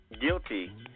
guilty